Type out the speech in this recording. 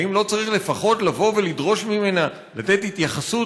האם לא צריך לפחות לבוא ולדרוש ממנה לתת התייחסות